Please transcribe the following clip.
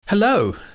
Hello